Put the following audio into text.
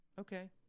Okay